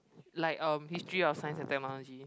like um history of science and technology